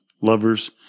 lovers